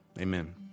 Amen